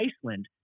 Iceland